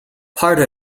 part